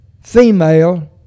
female